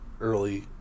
early